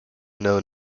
known